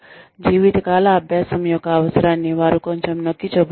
జీవితకాల అభ్యాసం యొక్క అవసరాన్ని వారు కొంచెం నొక్కి చెబుతున్నారు